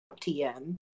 tm